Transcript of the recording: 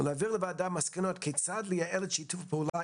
ולהעביר לוועדה מסקנות כיצד לייעל את שיתוף הפעולה